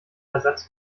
ersatz